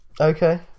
Okay